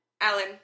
Alan